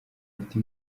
bafite